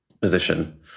position